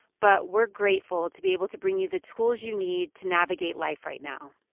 but we're grateful to be able to bring you the tools you need to navigate life right now.